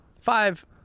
five